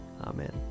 Amen